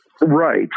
Right